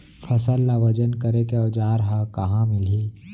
फसल ला वजन करे के औज़ार हा कहाँ मिलही?